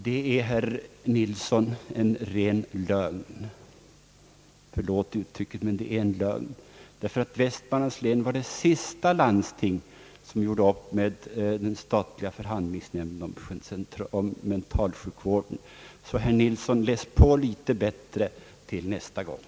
Det är, herr Nilsson, förlåt uttrycket, en ren lögn, därför att Västmanlands läns landsting var det sista som gjorde upp med den statliga förhandlingsnämnden om mentalsjukvården. Herr Nilsson bör nog läsa på litet bättre till nästa gång.